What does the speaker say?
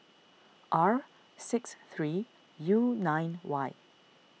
R six three U nine Y